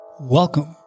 Welcome